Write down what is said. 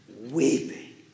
Weeping